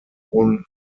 hohen